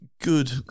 good